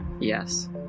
Yes